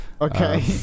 okay